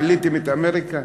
גיליתם את אמריקה?